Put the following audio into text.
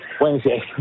Wednesday